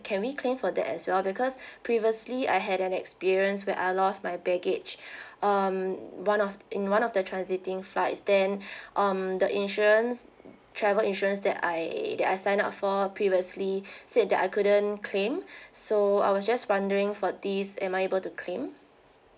can we claim for that as well because previously I had an experience where I lost my baggage um one of in one of the transiting flights then um the insurance travel insurance that I that I signed up for previously said that I couldn't claim so I was just wondering for this am I able to claim